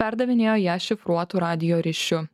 perdavinėjo ją šifruotu radijo ryšiu